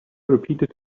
repeated